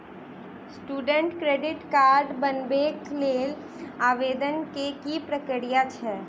Student credit card बनेबाक लेल आवेदन केँ की प्रक्रिया छै?